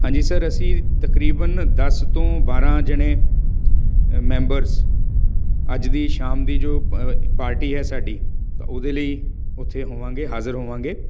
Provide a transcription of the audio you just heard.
ਹਾਂਜੀ ਸਰ ਅਸੀਂ ਤਕਰੀਬਨ ਦਸ ਤੋਂ ਬਾਰ੍ਹਾਂ ਜਾਣੇ ਅ ਮੈਂਬਰਸ ਅੱਜ ਦੀ ਸ਼ਾਮ ਦੀ ਜੋ ਪਅ ਪਾਰਟੀ ਹੈ ਸਾਡੀ ਤਾਂ ਉਹਦੇ ਲਈ ਉੱਥੇ ਹੋਵਾਂਗੇ ਹਾਜ਼ਰ ਹੋਵਾਂਗੇ